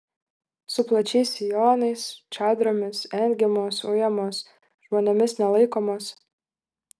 su plačiais sijonais čadromis engiamos ujamos žmonėmis nelaikomos